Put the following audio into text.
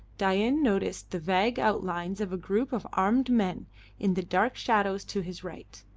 dain noticed the vague outlines of a group of armed men in the dark shadows to his right.